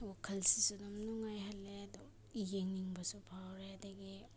ꯋꯥꯈꯜꯁꯤꯁꯨ ꯑꯗꯨꯝ ꯅꯨꯡꯉꯥꯏꯍꯜꯂꯦ ꯑꯗꯨ ꯌꯦꯡꯅꯤꯡꯕꯁꯨ ꯐꯥꯎꯔꯦ ꯑꯗꯒꯤ